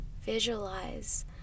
visualize